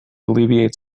alleviate